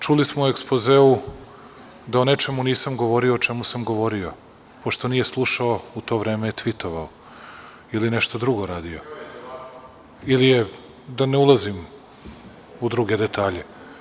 Čuli smo u ekspozeu da o nečemu nisam govorio o čemu sam govorio, pošto nije slušao u to vreme je tvitovao ili nešto drugo radio ili je, da ne ulazim u druge detalje.